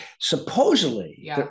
supposedly